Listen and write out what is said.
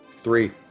Three